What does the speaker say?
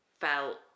felt